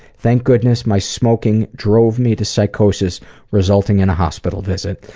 thank goodness my smoking drove me to psychosis resulting in a hospital visit.